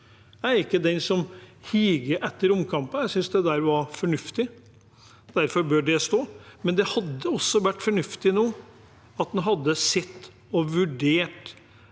Jeg er ikke den som higer etter omkamper. Jeg synes det var fornuftig, derfor bør det stå, men det hadde også vært fornuftig at en nå hadde sett på og vurdert